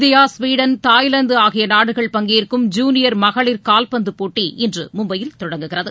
India Sweden Thailand நாடுகள் பங்கேற்கும் ஆகிய ஜுனியர் மகளிர் கால்பந்து போட்டி இன்று மும்பையில் தொடங்குகிறது